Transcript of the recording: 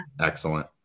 excellent